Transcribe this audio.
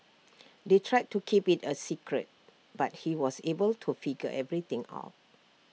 they tried to keep IT A secret but he was able to figure everything out